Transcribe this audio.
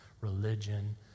religion